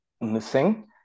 missing